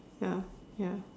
ya ya